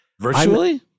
virtually